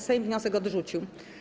Sejm wniosek odrzucił.